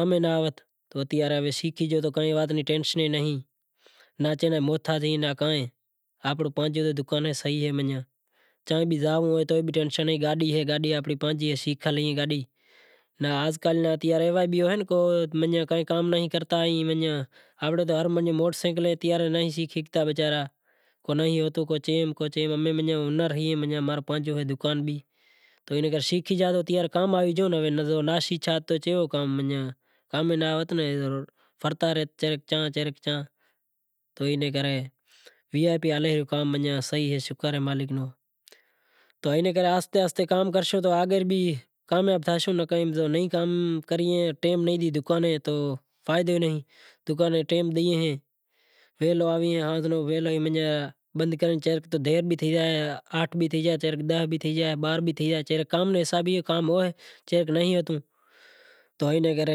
امیں شیکھے گیو تو ٹینشن ئی نائیں کے ناں محتاج نتھی آپرو پانجو دکان سے صحیح اے مناجاں چیاں بھی زانوڑو اے تو ٹینشن نتھی گاڈی آنپڑی پانجی اے شیکھل اے ہاز کل ایوا بھی ہوئیں تو کام نئیں کرتا نہیں ہوئیں آنپڑو تو منجاں موٹرسینکل اے تیار رہے کو نہیں ہوتے۔ ہمیں ہنر ہوئے اماں رو پانجو ہوئے دکان، ناں شیکھیو تو کام بھی ناں آوت پھرتا رہت چے رے چیاں چے رے چیاں تو اینے کرے وی آئی پی ہلے ریو کام شکر اے مالک نو تو اینے کرے آہستے آہستے کام کرشوں تو آگر بھی کامیاب تھاشوں نہیں کام کرییں دکان اے تو فائدو نہیں، دکان نیں ٹیم ڈیئے ہیں وہلو آوی آٹھ بھی تھئی زائیں ڈہ بھی تھے زائی باراہن بھی تھئی زائی موہر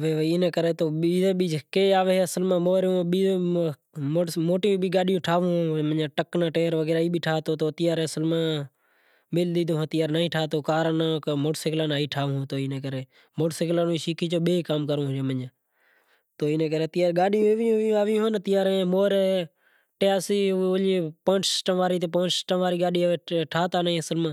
بھی آوے تو موٹی گاڈیوں آویں ٹرک ناں ٹیر بھی ٹھاوتو ہوے کار ناں موٹر سینکل ناں ٹیر ٹھاواں تو اینے کرے موٹر سینکل بھی شیکھے زائین بئی کام کران۔ گاڈیوں ایویوں اایویوں آوے کہ موہرے ٹیاسی سسٹم نی گاڈیوں ایویوں ٓوے